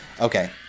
Okay